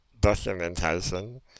documentation